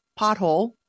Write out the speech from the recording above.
pothole